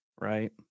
right